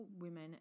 women